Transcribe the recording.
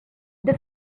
the